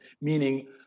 meaning